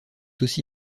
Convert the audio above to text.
aussi